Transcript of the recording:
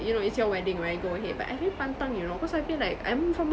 you know it's your wedding right go ahead but I very pantang you know cause I feel like I'm from a